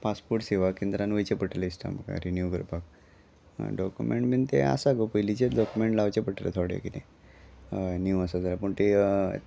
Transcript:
passport सेवा केंद्रान वयचें पडटलें दिसता म्हाका रिनी्यव करपाक डॉक्युमेंट बीन तें आसा गो पयलींचेच डॉक्युमेंट लावचें पडटलें थोडें किदें हय नी आसा जाल्यार पूण ती